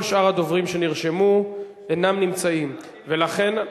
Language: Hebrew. כל שאר הדוברים שנרשמו אינם נמצאים, ולכן,